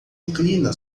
inclina